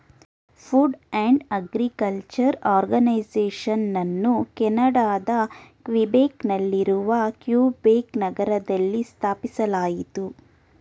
food and agriculture ಆರ್ಗನೈಸೇಷನನ್ನು ಕೆನಡಾದ Quebec ನಲ್ಲಿರುವ ಕ್ಯುಬೆಕ್ ನಗರದಲ್ಲಿ ಸ್ಥಾಪಿಸಲಾಯಿತು